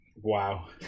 Wow